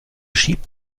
schiebt